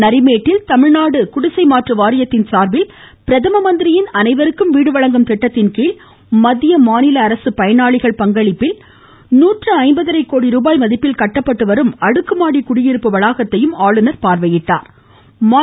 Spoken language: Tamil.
நரிமேட்டில் தமிழ்நாடு குடிசை மாற்று வாரியத்தின் சார்பில் பிரதம மந்திரியின் அனைவருக்கும் வீடு வழங்கும் திட்டத்தின்கீழ் மத்திய மாநில அரசு பயனாளிகள் பங்களிப்பில் நூற்று ஐம்பது அரை கோடி ரூபாய் மதிப்பில் கட்டப்பட்டு வரும் அடுக்குமாடி குடியிருப்பு வளாகத்தையும் பார்வையிட்டார்